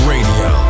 Radio